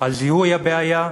על זיהוי הבעיה,